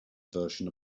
version